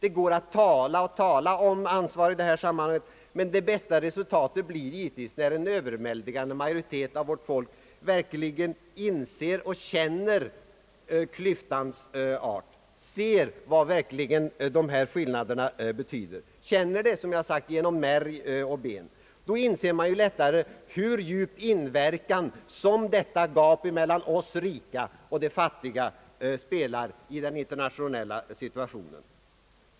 Det går att tala och tala om ansvar i detta sammanhang, men det bästa resultatet uppnås givetvis när en överväldigande majoritet av folket verkligen inser och känner klyftans art, ser vad dessa skillnader betyder, känner det genom märg och ben. Då inser man lättare hur djup inverkan som detta gap mellan oss rika och de fattiga har i den internationella situationen.